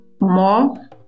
more